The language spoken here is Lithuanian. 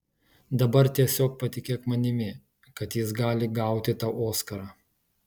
dabar tiesiog patikėk manimi kad jis gali gauti tau oskarą